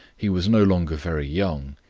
he was no longer very young.